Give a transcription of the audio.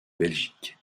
belgique